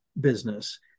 business